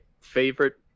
favorite